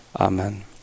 Amen